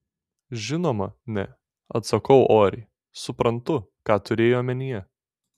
žinoma ne atsakau oriai suprantu ką turėjai omenyje